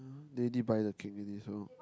they already buy the cake already so